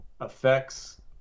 effects